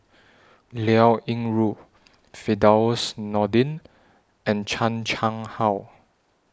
Liao Yingru Firdaus Nordin and Chan Chang How